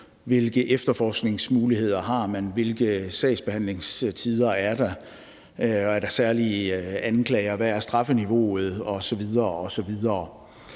hvilke efterforskningsmuligheder man har, hvilke sagsbehandlingstider der er, om der er særlige anklagere, og hvad strafniveauet er osv.